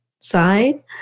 side